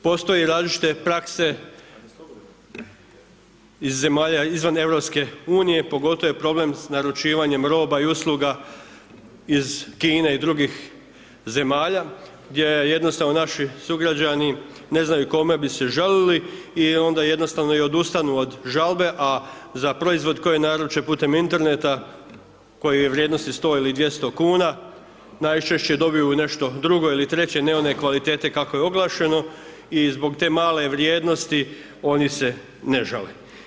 Postoje različite prakse iz zemalja izvan EU, pogotovo je problem s naručivanjem roba i usluga iz Kine i drugih zemalja gdje jednostavno naši sugrađani ne znaju kome bi se žalili i onda jednostavno i odustanu od žalbe, a za proizvod koji naruče putem Interneta, koji je vrijednosti 100 ili 200 kn, najčešće dobiju nešto drugo ili treće, ne one kvalitete kako je oglašeno i zbog te male vrijednosti oni se ne žale.